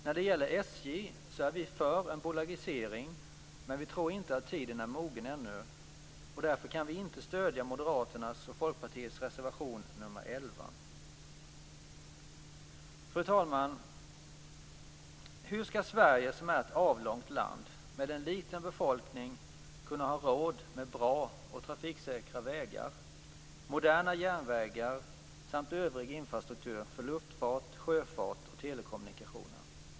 När det gäller SJ är vi för en bolagisering, men vi tror inte att tiden är mogen ännu. Därför kan vi inte stödja Moderaternas och Folkpartiets reservation nr 11. Fru talman! Hur skall Sverige, som är ett avlångt land med en liten befolkning, kunna ha råd med bra och trafiksäkra vägar, moderna järnvägar samt övrig infrastruktur för luftfart, sjöfart och telekommunikationer?